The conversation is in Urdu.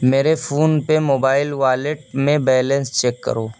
میرے فون پے موبائل والیٹ میں بیلنس چیک کرو